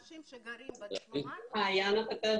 מעוניינים להסיר את כל החסמים והעיכובים שיכולים להיגרם בהקשר הזה.